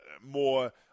more